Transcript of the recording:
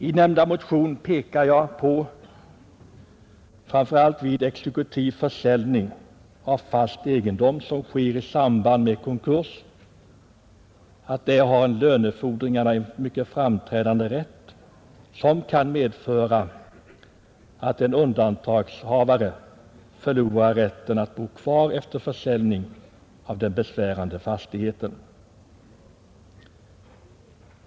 I motionen pekar jag på att vid exekutiv försäljning av fast egendom i samband med konkurs har lönefordringarna en mycket framträdande rätt, som kan medföra att en undantagshavare förlorar rätten att bo kvar efter försäljning av den besvärade fastigheten.